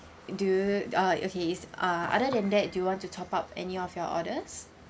do you uh okay is uh other than that do you want to top up any of your orders